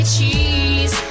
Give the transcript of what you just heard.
Cheese